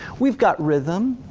we've got rhythm,